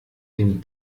dem